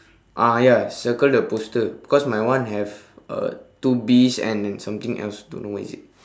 ah ya circle the poster because my one have uh two bees and something else don't know what is it